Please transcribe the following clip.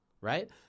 Right